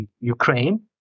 Ukraine